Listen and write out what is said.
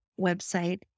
website